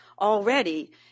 already